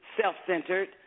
self-centered